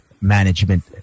management